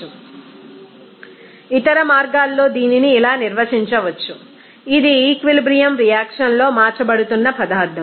refer slide time 1613 ఇతర మార్గాల్లో దీనిని ఇలా నిర్వచించవచ్చు ఇది ఈక్విలిబ్రియమ్ రియాక్షన్ లో మార్చబడుతున్న పదార్ధం